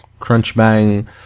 Crunchbang